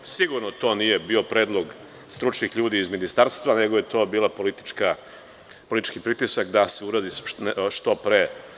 Sigurno to nije bio predlog stručnih ljudi iz Ministarstva, nego je to bio politički pritisak da se uradi što pre.